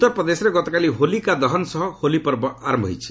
ଉତ୍ତର ପ୍ରଦେଶରେ ଗତକାଲି 'ହୋଲି କା ଦହନ' ସହ ହୋଲି ପର୍ବ ପାଳନ ଆରମ୍ଭ ହୋଇଛି